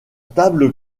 table